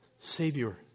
Savior